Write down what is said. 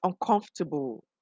uncomfortable